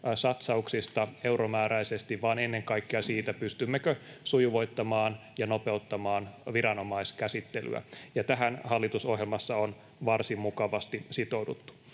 satsauksista euromääräisesti vaan ennen kaikkea siitä, pystymmekö sujuvoittamaan ja nopeuttamaan viranomaiskäsittelyä. Ja tähän hallitusohjelmassa on varsin mukavasti sitouduttu.